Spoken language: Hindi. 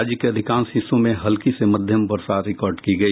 राज्य के अधिकांश हिस्सों में हल्की से मध्यम वर्षा रिकार्ड की गई